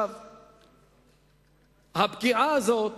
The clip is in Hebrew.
הפגיעה הזאת